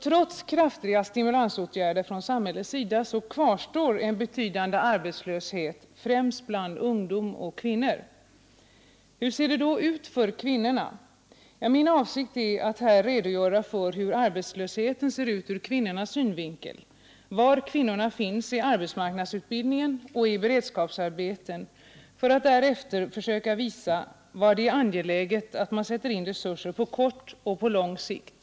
Trots kraftiga stimulansåtgärder från samhällets sida kvarstår en betydande arbetslöshet, främst bland ungdom och kvinnor. Hur ser det då ut för kvinnorna? Min avsikt är att här redogöra för hur arbetslösheten ser ut ur kvinnornas synvinkel, var kvinnorna finns i arbetsmarknadsutbildningen och i beredskapsarbeten, och jag skall därefter söka visa var det är angeläget att sätta in resurser på kort och på lång sikt.